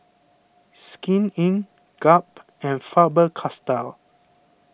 Skin Inc Gap and Faber Castell